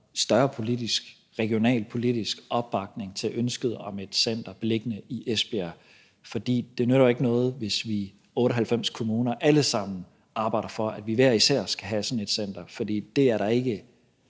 regionalpolitisk, opbakning til ønsket om et center beliggende i Esbjerg. Det nytter jo ikke noget, hvis alle 98 kommuner arbejder for, at de hver især skal have sådan et center, for det er der ikke